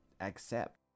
accept